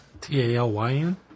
T-A-L-Y-N